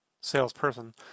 salesperson